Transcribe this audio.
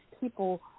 people